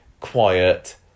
quiet